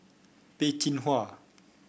Peh Chin Hua